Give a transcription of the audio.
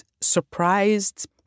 surprised